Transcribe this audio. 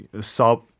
sub